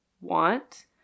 want